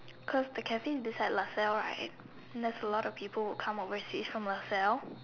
cause the Cafe is beside Lasalle right and there's a lot of people who come overseas from Lasalle